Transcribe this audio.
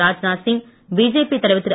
Rajnath Singh BJP தலைவர் திரு